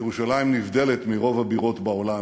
ירושלים נבדלת מרוב הבירות בעולם,